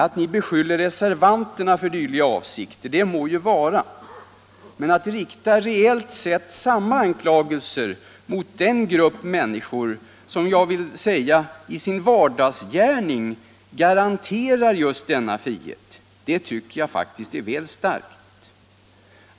Att ni beskyller reservanterna för dylika avsikter må ju vara, men att rikta reellt sett samma anklagelser mot den grupp människor som i sin vardagsgärning garanterar denna frihet tycker jag är väl starkt.